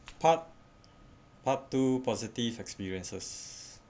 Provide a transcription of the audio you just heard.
part part two positive experiences